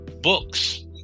books